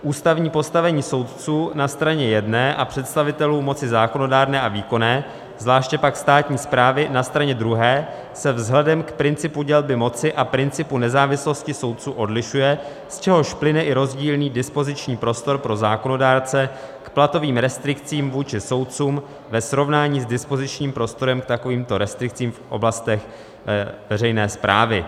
Ústavní postavení soudců na straně jedné a představitelů moci zákonodárné a výkonné, zvláště pak státní správy, na straně druhé se vzhledem k principu dělby moci a principu nezávislosti soudců odlišuje, z čehož plyne i rozdílný dispoziční prostor pro zákonodárce k platovým restrikcím vůči soudcům ve srovnání s dispozičním prostorem k takovýmto restrikcím v oblastech veřejné správy.